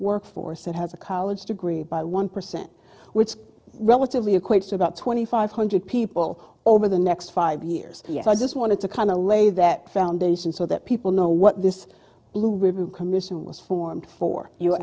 workforce that has a college degree by one percent which relatively equates to about twenty five hundred people or over the next five years yet i just wanted to kind of lay that foundation so that people know what this blue ribbon commission was formed for you